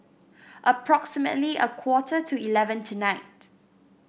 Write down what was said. approximately a quarter to eleven tonight